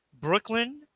Brooklyn